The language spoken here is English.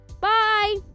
Bye